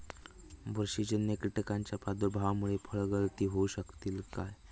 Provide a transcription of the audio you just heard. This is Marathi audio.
बुरशीजन्य कीटकाच्या प्रादुर्भावामूळे फळगळती होऊ शकतली काय?